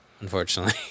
unfortunately